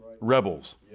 rebels